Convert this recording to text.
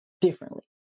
differently